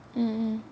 mm